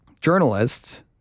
journalists